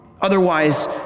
Otherwise